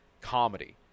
comedy